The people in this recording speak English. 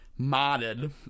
modded